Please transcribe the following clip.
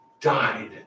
died